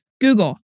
Google